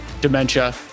dementia